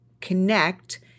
connect